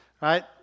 right